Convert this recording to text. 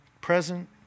present